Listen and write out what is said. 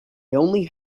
only